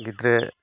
ᱜᱤᱫᱽᱨᱟᱹ